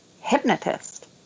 hypnotist